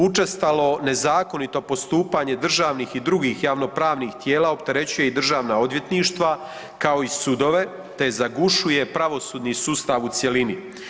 Učestalo nezakonito postupanje državnih i drugih javno-pravnih tijela opterećuje i državna odvjetništva kao i sudove, te zagušuje pravosudni sustav u cjelini.